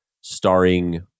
starring